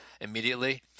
immediately